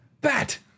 Bat